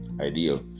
Ideal